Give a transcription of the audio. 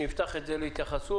נפתח את זה להתייחסות.